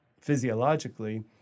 physiologically